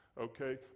okay